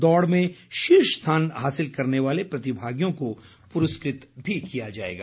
दौड़ में शीर्ष स्थान हासिल करने वाले प्रतिभागियों को पुरस्कृत किया जाएगा